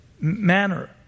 manner